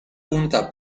punta